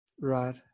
Right